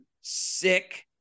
sick